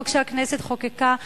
חוק שהכנסת חוקקה.